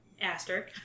Aster